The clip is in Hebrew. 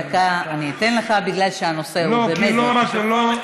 דקה אני אתן לך, כי הנושא באמת חשוב.